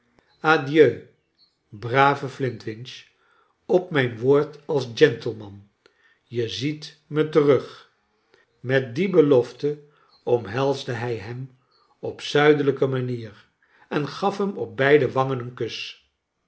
adieu brave flintwinch op mijn woord als gentleman je ziet me terug met die belofte omhelsde hij hem op zuidelijke manier en gaf hem op beide wangen een kus